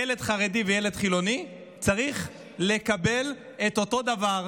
ילד חרדי וילד חילוני צריכים לקבל אותו דבר,